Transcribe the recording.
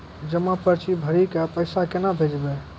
जमा पर्ची भरी के पैसा केना भेजबे?